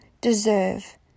deserve